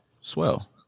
swell